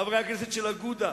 חברי הכנסת של אגודה,